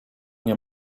nie